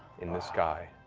in the sky,